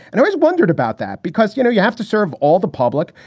and always wondered about that because, you know, you have to serve all the public.